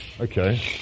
Okay